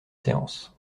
séance